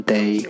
Day